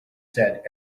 said